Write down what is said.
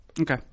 Okay